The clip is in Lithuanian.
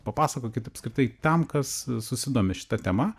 papasakokit apskritai tam kas susidomi šita tema